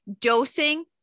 Dosing